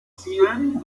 zielen